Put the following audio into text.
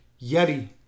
Yeti